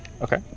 okay